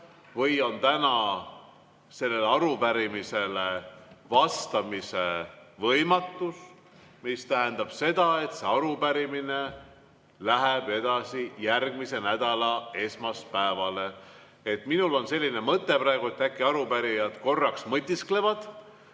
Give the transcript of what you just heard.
või on täna sellele arupärimisele vastamise võimatus, mis tähendab seda, et see arupärimine läheb edasi järgmise nädala esmaspäevale? Minul on selline mõte praegu, et äkki arupärijad korraks mõtisklevad,